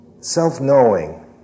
self-knowing